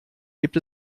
gibt